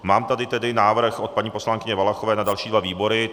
Mám tady tedy návrh od paní poslankyně Valachové na další dva výbory.